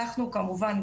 אנחנו כמובן,